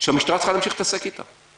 שהמשטרה צריכה להמשיך להתעסק אתה.